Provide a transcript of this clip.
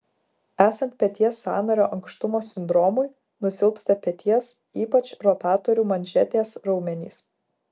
esant peties sąnario ankštumo sindromui nusilpsta peties ypač rotatorių manžetės raumenys